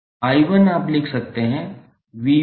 𝐼1 आप लिख सकते हैं V1−VxZA